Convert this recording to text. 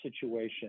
situation